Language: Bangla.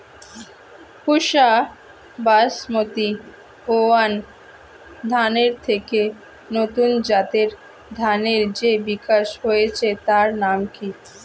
পুসা বাসমতি ওয়ান ধানের থেকে নতুন জাতের ধানের যে বিকাশ হয়েছে তার নাম কি?